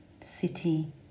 city